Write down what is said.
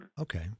Okay